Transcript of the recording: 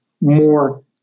more